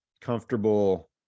comfortable